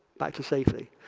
back to safety.